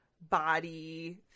body